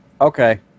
okay